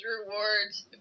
rewards